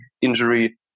injury